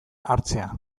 hartzea